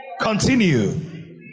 continue